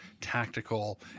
tactical